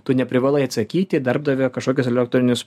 tu neprivalai atsakyti į darbdavio kažkokius elektorinius